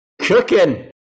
cooking